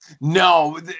No